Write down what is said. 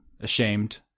ashamed